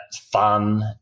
fun